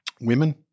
women